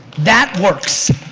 that works.